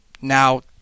now